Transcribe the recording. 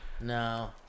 No